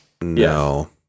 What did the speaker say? No